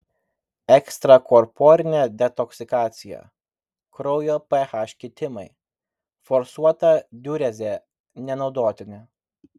ekstrakorporinė detoksikacija kraujo ph kitimai forsuota diurezė nenaudotini